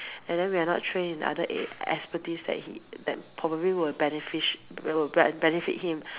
and then we are not trained in other ar~ expertise that he that probably will beneficial will benefit him